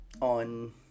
on